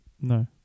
No